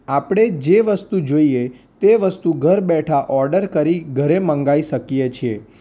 આપણે જે વસ્તુ જોઈએ તે વસ્તુ ઘર બેઠા ઓડર કરી ઘરે મંગાવી શકીએ છીએ